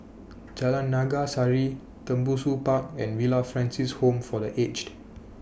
Jalan Naga Sari Tembusu Park and Villa Francis Home For The Aged